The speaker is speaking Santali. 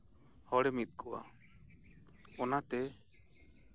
ᱦᱚᱲᱮ ᱢᱤᱫ ᱠᱚᱣᱟ ᱚᱱᱟᱛᱮ